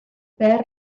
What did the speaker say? père